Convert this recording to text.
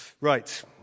Right